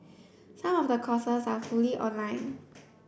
some of the courses are fully online